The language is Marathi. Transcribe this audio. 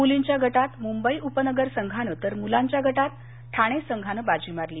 मुलींच्या गटात मुंबई उपनगर संघानं तर मुलांच्या गटात ठाणे संघानं बाजी मारली